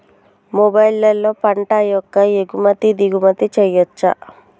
మొబైల్లో పంట యొక్క ఎగుమతి దిగుమతి చెయ్యచ్చా?